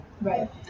Right